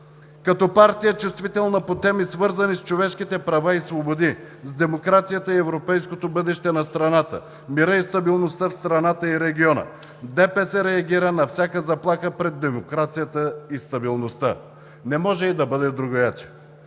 Като партия, чувствителна по теми, свързани с човешките права и свободи, с демокрацията и европейското бъдеще на страната, мира и стабилността в страната и в региона, „Движението за права и свободи“ реагира на всяка заплаха пред демокрацията и стабилността. Не може и да бъде другояче.